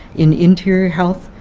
in interior health,